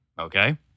okay